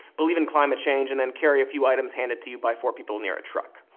believe in climate change and then carry a few items handed to you by four people near a truck.